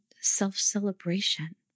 self-celebration